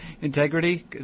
integrity